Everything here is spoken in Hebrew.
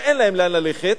שאין להם לאן ללכת,